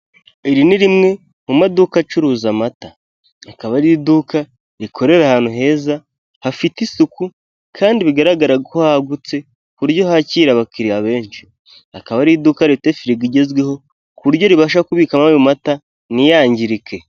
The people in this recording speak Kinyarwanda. Iri ni rimwe mu maduka acuruza amata, akaba ari iduka rikorera ahantu heza hafite isuku kandi bigaragara ko hagutse ku buryo hakira abakiriya benshi, akaba ari iduka rifite firigo igezweho ku buryo ribasha kubikamo ayo mata ntiyangirike.